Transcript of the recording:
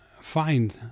find